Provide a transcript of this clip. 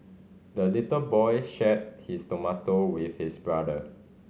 the little boy shared his tomato with his brother